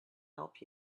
help